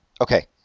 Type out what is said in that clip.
Okay